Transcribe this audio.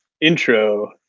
intro